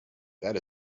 that